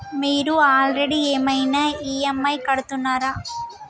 మీరు ఆల్రెడీ ఏమైనా ఈ.ఎమ్.ఐ కడుతున్నారా?